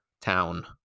town